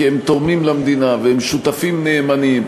כי הם תורמים למדינה והם שותפים נאמנים,